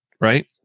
right